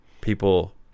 people